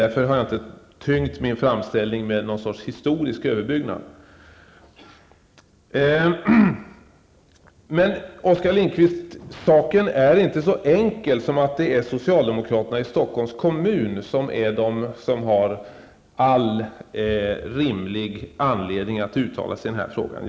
Därför har jag inte tyngt min framställning med någon sorts historisk överbyggnad. Men, Oskar Lindkvist, saken är inte så enkel som att det är socialdemokraterna i Stockholms kommun som är de som har all rimlig anledning att uttala sig i den här frågan.